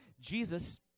Jesus